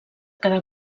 cada